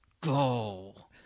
go